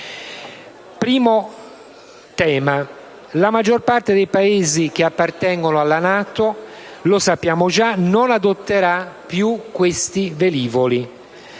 Primo tema: la maggior parte dei Paesi che appartengono alla NATO - lo sappiamo già - non adotterà più questi velivoli.